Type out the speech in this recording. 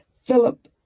Philip